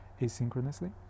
asynchronously